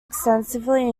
extensively